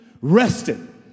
rested